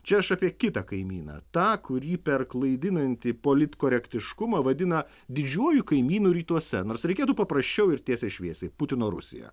čia aš apie kitą kaimyną tą kurį per klaidinantį politkorektiškumą vadina didžiuoju kaimynu rytuose nors reikėtų paprasčiau ir tiesiai šviesiai putino rusiją